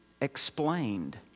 explained